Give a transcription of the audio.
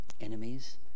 Enemies